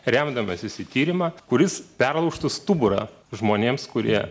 remdamasis į tyrimą kuris perlaužtų stuburą žmonėms kurie